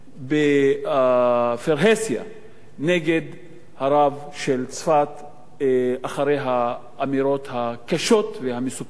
בפרהסיה נגד הרב של צפת אחרי האמירות הקשות והמסוכנות ביותר שהוא אמר.